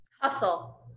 Hustle